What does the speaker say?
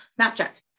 snapchat